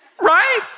Right